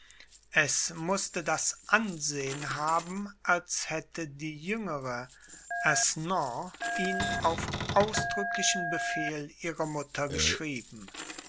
es mußte das ansehen haben als hätte die jüngere aisnon ihn auf ausdrücklichen befehl ihrer mutter geschrieben